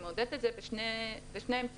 היא מעודדת את זה בשני אמצעים.